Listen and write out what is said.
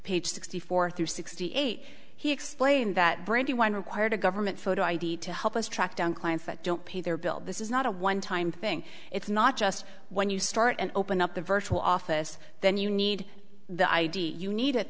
page sixty four through sixty eight he explained that brandywine required a government photo id to help us track down clients that don't pay their bill this is not a one time thing it's not just when you start and open up the virtual office then you need the id you need it